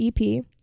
ep